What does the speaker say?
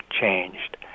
changed